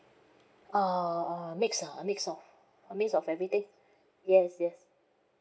uh mix uh mix of a mix of everything yes yes